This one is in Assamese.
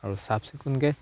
আৰু চাফ চিকুণকে